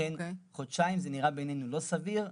לכן חודשיים זה נראה בעינינו לא סביר.